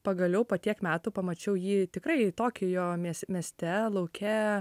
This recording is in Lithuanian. pagaliau po tiek metų pamačiau jį tikrai tokijo mies mieste lauke